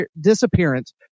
disappearance